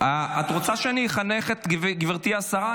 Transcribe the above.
--- את רוצה שאני אחנך את גברתי השרה?